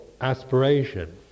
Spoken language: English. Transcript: aspiration